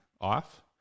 off